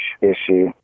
issue